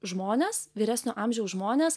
žmones vyresnio amžiaus žmones